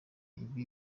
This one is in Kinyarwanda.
ibi